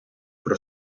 при